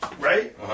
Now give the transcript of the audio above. right